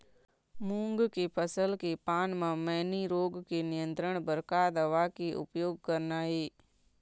मूंग के फसल के पान म मैनी रोग के नियंत्रण बर का दवा के उपयोग करना ये?